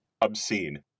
obscene